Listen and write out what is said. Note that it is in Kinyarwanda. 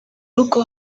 rugo